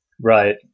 Right